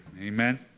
Amen